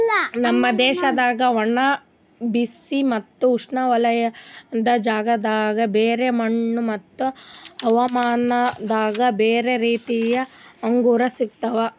ನಮ್ ದೇಶದಾಗ್ ಒಣ, ಬಿಸಿ ಮತ್ತ ಉಷ್ಣವಲಯದ ಜಾಗದಾಗ್ ಬ್ಯಾರೆ ಮಣ್ಣ ಮತ್ತ ಹವಾಮಾನದಾಗ್ ಬ್ಯಾರೆ ರೀತಿದು ಅಂಗೂರ್ ಸಿಗ್ತವ್